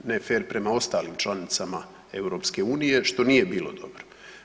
Ne fer prema ostalim članicama EU-a, što nije bilo dobro.